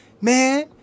man